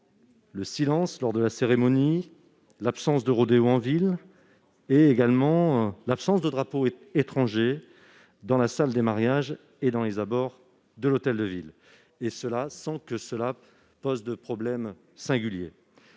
le silence lors de la cérémonie, l'absence de rodéos en ville et l'absence de drapeaux étrangers dans la salle des mariages et dans les abords de l'hôtel de ville, sans que cela pose de problème particulier.